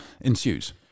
ensues